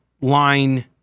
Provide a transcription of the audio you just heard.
line